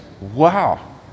wow